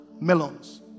melons